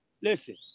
Listen